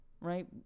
right